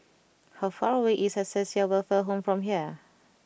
how far away is Acacia Welfare Home from here